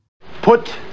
Put